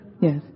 Yes